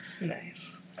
Nice